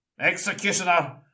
Executioner